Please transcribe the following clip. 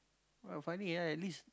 !wah! funny ah at least